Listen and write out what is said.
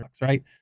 right